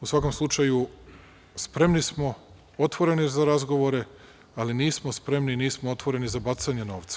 U svakom slučaju, spremni smo, otvoreni za razgovore, ali nismo spremni, nismo otvoreni za bacanje novca.